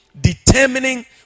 determining